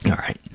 all right.